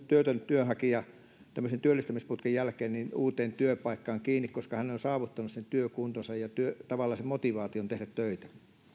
työtön työnhakija tämmöisen työllistämisputken jälkeen uuteen työpaikkaan kiinni koska hän on saavuttanut sen työkuntonsa ja tavallaan sen motivaation tehdä töitä